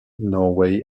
norway